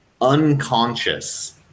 unconscious